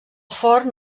forn